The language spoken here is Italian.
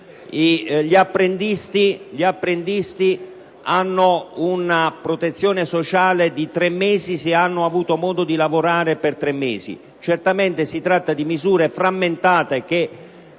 gli apprendisti hanno una protezione sociale di tre mesi, se hanno avuto modo di lavorare per un periodo equivalente. Certamente si tratta di misure frammentate,